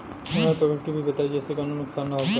उन्नत प्रभेद के बीज बताई जेसे कौनो नुकसान न होखे?